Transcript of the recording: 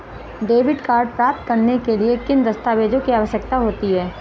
Debit card प्राप्त करने के लिए किन दस्तावेज़ों की आवश्यकता होती है?